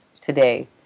today